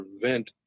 prevent